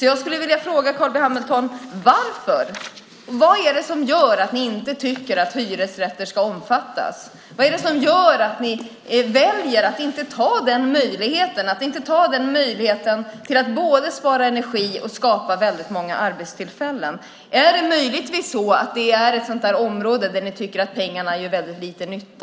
Jag skulle vilja fråga Carl B Hamilton vad det är som gör att ni inte tycker att hyresrätter ska omfattas. Vad är det som gör att ni väljer att inte ta den möjligheten att både spara energi och skapa väldigt många arbetstillfällen? Är det möjligtvis ett sådant område där ni tycker att pengarna gör väldigt lite nytta?